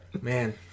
Man